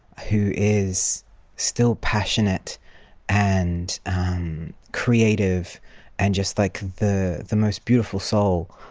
who is still passionate and creative and just like the the most beautiful soul.